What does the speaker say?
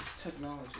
Technology